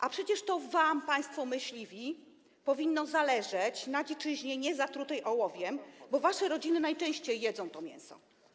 A przecież to wam, państwo myśliwi, powinno zależeć na dziczyźnie niezatrutej ołowiem, bo wasze rodziny najczęściej jedzą to mięso.